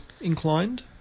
inclined